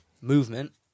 movement